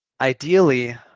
Ideally